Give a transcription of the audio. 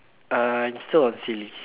uh still on silly